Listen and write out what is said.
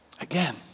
Again